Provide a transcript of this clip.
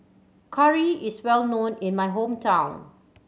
curry is well known in my hometown